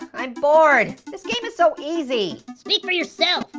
i'm bored. this game is so easy. speak for yourself.